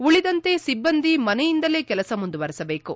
ಉಳಿದಂತೆ ಸಿಬ್ಲಂದಿ ಮನೆಯಿಂದಲೇ ಕೆಲಸ ಮುಂದುವರೆಸಬೇಕು